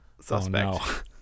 suspect